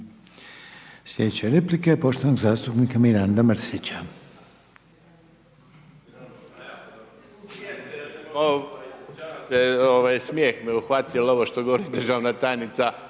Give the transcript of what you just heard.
Slijedeća replika je poštovanog zastupnika Miranda Mrsića.